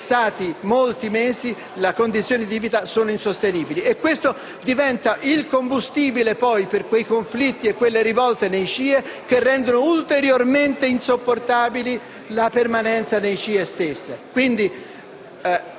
passati molti mesi, le condizioni di vita sono insostenibili, e tale situazione diventa poi il combustibile per quei conflitti e quelle rivolte nei CIE che rendono ulteriormente insopportabile la permanenza negli stessi.